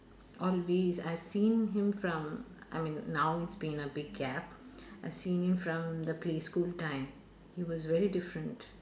always I've seen him from I mean now is been a big gap I seen him from the preschool time he was very different